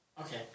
Okay